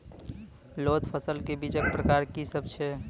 लोत फसलक बीजक प्रकार की सब अछि?